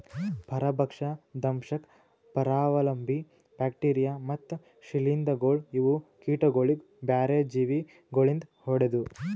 ಪರಭಕ್ಷ, ದಂಶಕ್, ಪರಾವಲಂಬಿ, ಬ್ಯಾಕ್ಟೀರಿಯಾ ಮತ್ತ್ ಶ್ರೀಲಿಂಧಗೊಳ್ ಇವು ಕೀಟಗೊಳಿಗ್ ಬ್ಯಾರೆ ಜೀವಿ ಗೊಳಿಂದ್ ಹೊಡೆದು